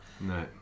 no